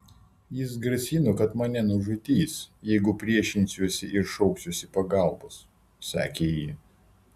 jis grasino kad mane nužudys jeigu priešinsiuosi ir šauksiuosi pagalbos sakė ji